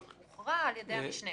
לא בהסכמה הוכרע על ידי המשנה.